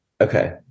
Okay